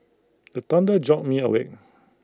the thunder jolt me awake